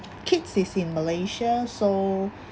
kids is in malaysia so